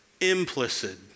implicit